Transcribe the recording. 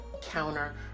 counter